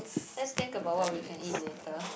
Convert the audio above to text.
let's think about what we can eat later